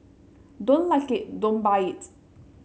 don't like it don't buy it